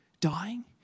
dying